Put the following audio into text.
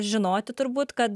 žinoti turbūt kad